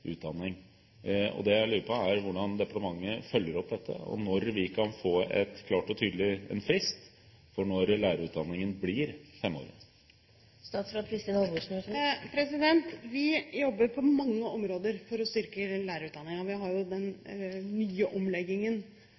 Det jeg lurer på, er hvordan departementet følger opp dette, og når vi kan få en frist for når lærerutdanningen blir 5-årig. Vi jobber på mange områder for å styrke lærerutdanningen. Vi har den nye omleggingen